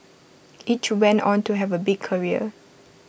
each went on to have A big career